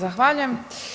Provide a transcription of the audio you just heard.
Zahvaljujem.